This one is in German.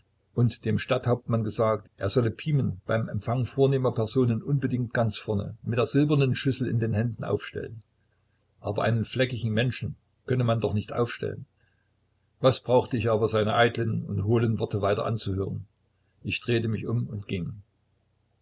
und dem stadthauptmann gesagt er solle pimen beim empfang vornehmer personen unbedingt ganz vorne mit der silbernen schüssel in den händen aufstellen aber einen fleckigen menschen könne man doch nicht aufstellen was brauchte ich aber seine eitlen und hohlen worte weiter anzuhören ich drehte mich um und ging